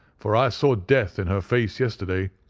for i saw death in her face yesterday.